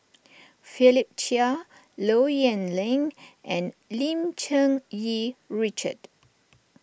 Philip Chia Low Yen Ling and Lim Cherng Yih Richard